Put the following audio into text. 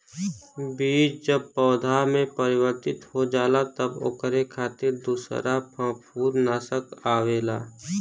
बीज जब पौधा में परिवर्तित हो जाला तब ओकरे खातिर दूसर फंफूदनाशक आवेला